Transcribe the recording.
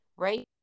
right